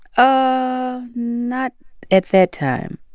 ah not at that time,